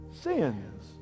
sins